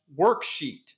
worksheet